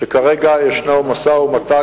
שכרגע יש משא-ומתן,